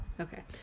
Okay